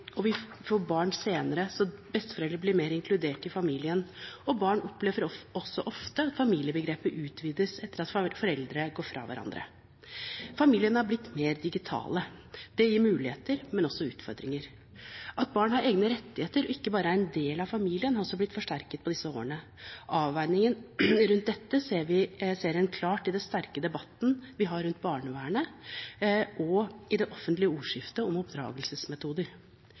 og vi får barn senere, så besteforeldre blir mer inkludert i familien. Barn opplever også ofte at familiebegrepet utvides etter at foreldrene går fra hverandre. Familiene har blitt mer digitale. Det gir muligheter, men også utfordringer. At barn har egne rettigheter og ikke bare er en del av familien, har også blitt forsterket på disse årene. Avveiningene rundt dette ser en klart i den sterke debatten vi har rundt barnevernet, og i det offentlige ordskiftet om oppdragelsesmetoder.